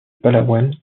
palawan